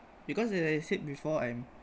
because like I said before I'm